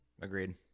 agreed